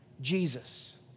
Jesus